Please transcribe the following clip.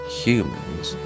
humans